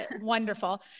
wonderful